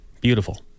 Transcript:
Beautiful